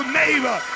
neighbor